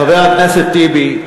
חבר הכנסת טיבי,